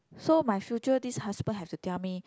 so my future this husband have to tell me